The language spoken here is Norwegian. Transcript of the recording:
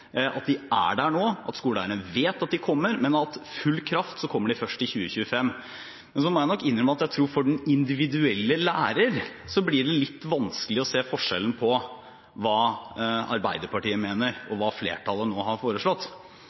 at de er der nå, og at skoleeierne vet at de kommer, men at de kommer for full kraft først i 2025. Og jeg må nok innrømme at for den individuelle lærer blir det litt vanskelig å se forskjellen på hva Arbeiderpartiet mener, og hva flertallet nå har foreslått.